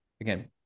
again